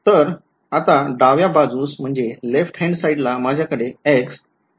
तर आता डाव्या बाजूस ला माझ्याकडे X आणि X हे function आहेत